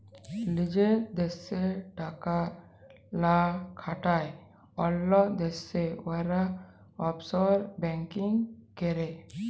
লিজের দ্যাশে টাকা লা খাটায় অল্য দ্যাশে উয়ারা অফশর ব্যাংকিং ক্যরে